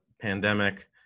pandemic